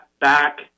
back